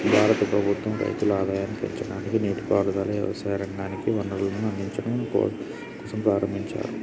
భారత ప్రభుత్వం రైతుల ఆదాయాన్ని పెంచడానికి, నీటి పారుదల, వ్యవసాయ రంగానికి వనరులను అందిచడం కోసంప్రారంబించారు